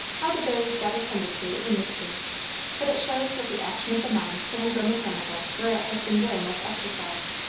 how the berries got attended to is a mystery but it shows that the action of the mind can grow mechanical where it has been very much exercised.